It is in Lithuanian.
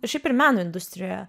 ir šiaip ir meno industrijoje